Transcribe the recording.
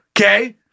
Okay